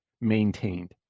maintained